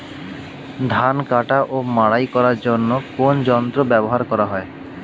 ধান কাটা ও মাড়াই করার জন্য কোন যন্ত্র ব্যবহার করা হয়?